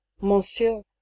monsieur